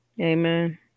Amen